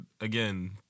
again